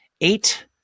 eight